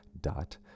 dot